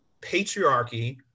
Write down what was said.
patriarchy